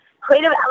Creative